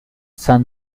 san